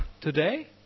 today